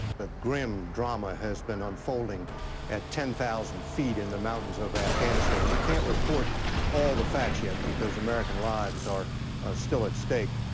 a grim drama has been unfolding at ten thousand feet in the mountains of afghanistan. we can't report all the facts yet because american lives are still at stake.